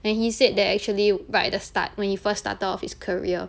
and he said that actually right at the start when he first started off his career